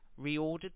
reordered